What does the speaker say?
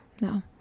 no